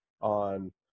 on